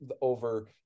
over